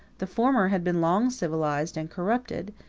the former had been long civilized and corrupted.